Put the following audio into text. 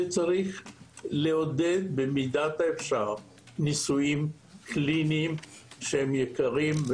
וצריך לעודד במידת האפשר ניסויים קליניים שהם יקרים,